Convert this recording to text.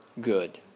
good